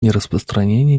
нераспространение